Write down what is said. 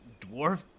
dwarf